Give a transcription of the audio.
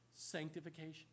sanctification